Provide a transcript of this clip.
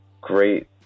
great